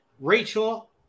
Rachel